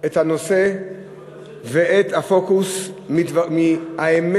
את הנושא ואת הפוקוס מהאמת,